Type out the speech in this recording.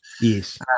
Yes